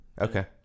okay